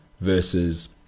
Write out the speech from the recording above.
versus